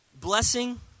blessing